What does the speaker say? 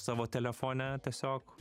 savo telefone tiesiog